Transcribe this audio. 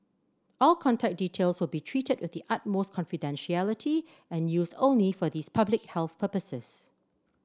all contact details will be treated with the utmost confidentiality and used only for these public health purposes